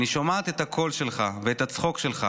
אני שומעת את הקול שלך ואת הצחוק שלך.